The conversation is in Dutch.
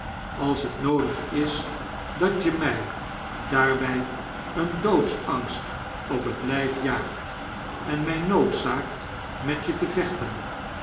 als t noodig is dat je mij daarbij een doodsangst op bet lijf jaagt en mij noodzaakt met je te veehten